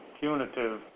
punitive